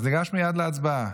אז ניגש מייד להצבעה.